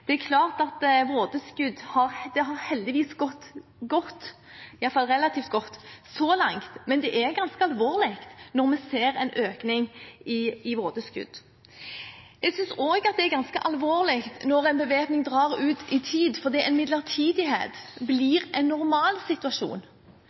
Det har heldigvis gått godt, iallfall relativt godt, så langt, men det er ganske alvorlig når vi ser en økning i antall vådeskudd. Jeg synes også det er ganske alvorlig når en bevæpning drar ut i tid, fordi en midlertidighet blir en